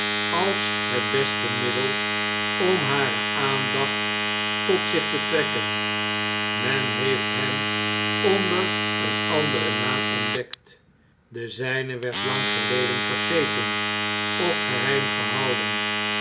als het beste middel om hare aandacht tot zich te trekken men heeft hem onder een anderen naam ontdekt de zijne werd lang geleden vergeten ofgeheimgehouden